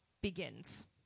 begins